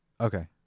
Okay